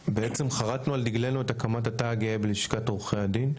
חרטנו על דגלנו את הקמת התא הגאה בלשכת עורכי הדין.